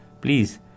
please